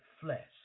flesh